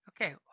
okay